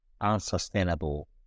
unsustainable